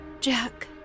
Jack